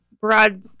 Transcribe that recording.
broad